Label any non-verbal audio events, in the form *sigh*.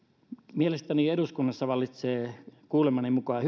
mielestäni eduskunnassa vallitsee kuulemani mukaan *unintelligible*